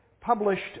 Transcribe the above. published